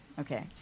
Okay